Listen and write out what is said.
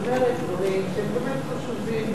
את אומרת דברים שהם באמת חשובים,